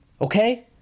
Okay